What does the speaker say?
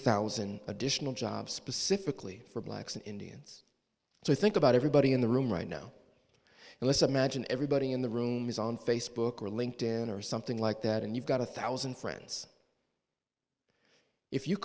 thousand additional jobs specifically for blacks and indians so think about everybody in the room right now and listen magine everybody in the room is on facebook or linked in or something like that and you've got a thousand friends if you